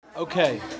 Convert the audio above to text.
Okay